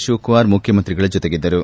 ಶಿವಕುಮಾರ್ ಮುಖ್ಯಮಂತ್ರಿಗಳ ಜೊತೆಗಿದ್ದರು